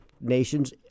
nations